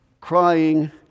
crying